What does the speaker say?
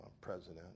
president